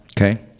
Okay